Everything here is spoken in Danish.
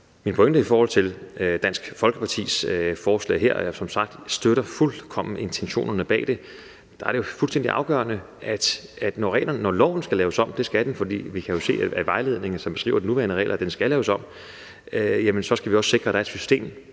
Min pointe i forhold til Dansk Folkepartis forslag her er som sagt – og jeg støtter som sagt fuldkommen intentionerne bag det – at det er fuldstændig afgørende, at når loven skal laves om, og det skal den, for vi kan jo se af vejledningen, som beskriver de nuværende regler, at den skal laves om, så skal vi også sikre, at der er et system,